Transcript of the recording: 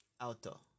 auto